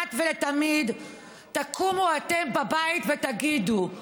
אחת ולתמיד תקומו אתם בבית ותגידו: